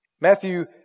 Matthew